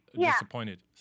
disappointed